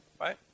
Right